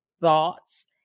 thoughts